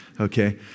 okay